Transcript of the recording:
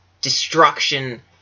destruction